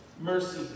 mercy